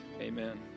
Amen